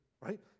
Right